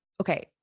okay